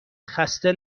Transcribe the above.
خسته